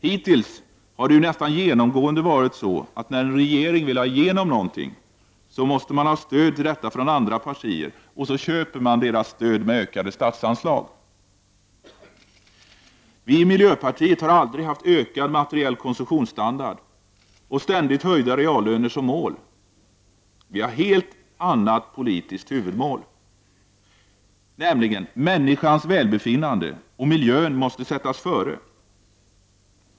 Hittills har det ju nästan genomgående varit så att när en regering vill ha igenom någonting och måste ha stöd till detta från andra partier, får man köpa deras stöd med statsanslag. Vi i miljöpartiet har aldrig haft ökad materiell konsumtionsstandard och ständigt höjda reallöner som mål. Vi har ett helt annat politiskt huvudmål. Människors välbefinnande och miljön måste sättas före.